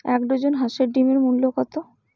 এক ডজন হাঁসের ডিমের মূল্য কত?